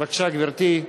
בבקשה, גברתי.